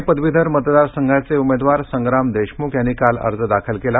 पुणे पदवीधर मतदार संघाचे उमेदवार संग्राम देशमुख यांनी काल अर्ज दाखल केला